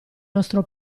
nostro